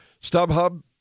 StubHub